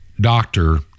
doctor